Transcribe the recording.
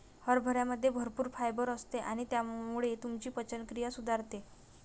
हरभऱ्यामध्ये भरपूर फायबर असते आणि त्यामुळे तुमची पचनक्रिया सुधारते